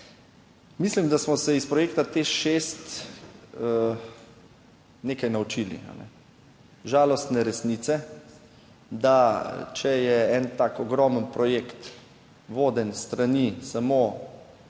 mislim, da smo se iz projekta Teš 6 nekaj naučili. Žalostne resnice, da če je en tak ogromen projekt voden s strani samo